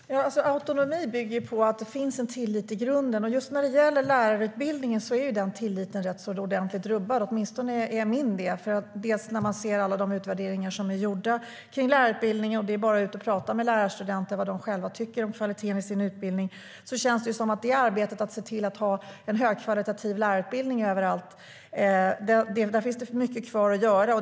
Fru ålderspresident! Autonomi bygger ju på att det finns en tillit i grunden. Just när det gäller lärarutbildningen är den tilliten rätt ordentligt rubbad. Åtminstone är min tillit det. Pratar man med lärarstudenter om vad de tycker om kvaliteten i sin utbildning känns det som att det finns mycket kvar att göra.